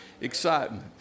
excitement